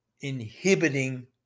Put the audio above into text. inhibiting